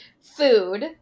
food